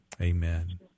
Amen